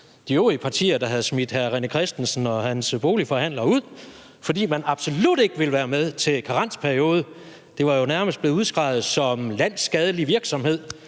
de øvrige partier, der havde smidt hr. René Christensen og hans boligforhandler ud, fordi man absolut ikke ville være med til karensperiode. Det var nærmest blevet udskreget som landsskadelig virksomhed